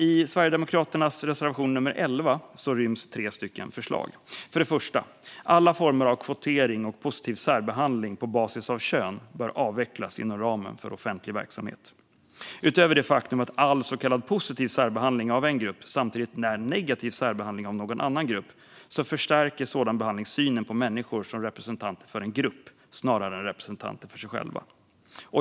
I Sverigedemokraternas reservation 11 ryms tre förslag. För det första: Alla former av kvotering och positiv särbehandling på basis av kön bör avvecklas inom ramen för offentlig verksamhet. Utöver det faktum att all så kallad positiv särbehandling av en grupp samtidigt är negativ särbehandling av en annan grupp förstärker sådan behandling synen på människor som representanter för en grupp snarare än representanter för sig själva.